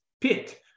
pit